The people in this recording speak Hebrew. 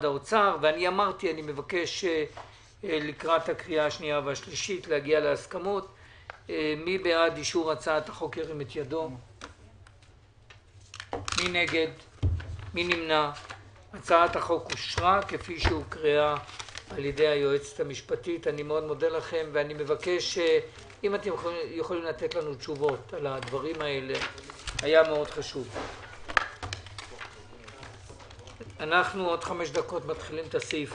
הישיבה ננעלה בשעה 11:58.